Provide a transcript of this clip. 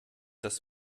das